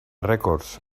records